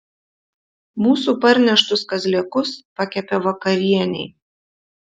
mūsų parneštus kazlėkus pakepė vakarienei